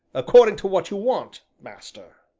according to what you want, master.